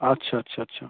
আচ্ছা আচ্ছা আচ্ছা